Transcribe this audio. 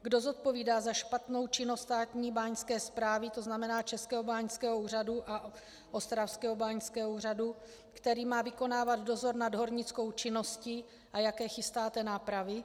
Kdo zodpovídá za špatnou činnost státní báňské správy, to znamená Českého báňského úřadu a Ostravského báňského úřadu, který má vykonávat dozor nad hornickou činností, a jaké chystáte nápravy?